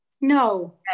no